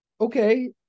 Okay